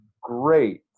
great